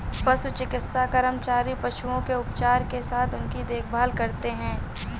पशु चिकित्सा कर्मचारी पशुओं के उपचार के साथ उनकी देखभाल करते हैं